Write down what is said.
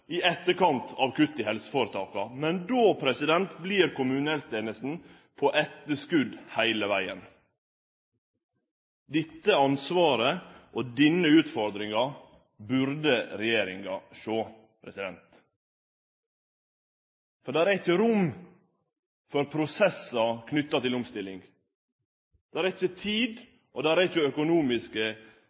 i etterkant av kutta i helseføretaka, men då vert kommunehelsetenesta på etterskot heile vegen. Dette ansvaret og denne utfordringa burde regjeringa sjå. Det er ikkje rom for prosessar knytte til omstilling. Det er ikkje tid og det er ikkje økonomiske